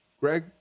Greg